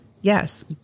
Yes